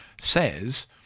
says